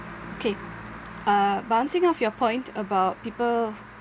okay uh bouncing off your point about people